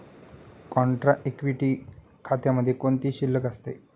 Contra equity खात्यामध्ये कोणती शिल्लक असते?